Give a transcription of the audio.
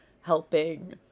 helping